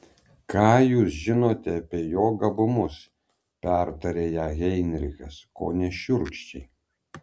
ką jūs žinote apie jo gabumus pertarė ją heinrichas kone šiurkščiai